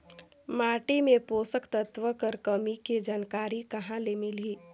माटी मे पोषक तत्व कर कमी के जानकारी कहां ले मिलही?